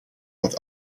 what